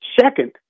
Second